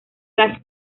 las